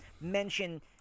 mention